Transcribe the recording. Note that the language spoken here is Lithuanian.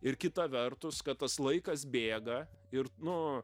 ir kita vertus kad tas laikas bėga ir nu